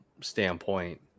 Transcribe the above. standpoint